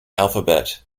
alphabet